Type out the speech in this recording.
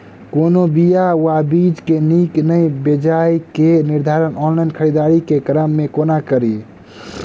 कोनों बीया वा बीज केँ नीक वा बेजाय केँ निर्धारण ऑनलाइन खरीददारी केँ क्रम मे कोना कड़ी?